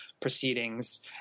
proceedings